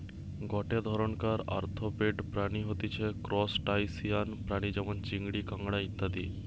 গটে ধরণকার আর্থ্রোপড প্রাণী হতিছে ত্রুসটাসিয়ান প্রাণী যেমন চিংড়ি, কাঁকড়া ইত্যাদি